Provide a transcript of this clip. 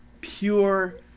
pure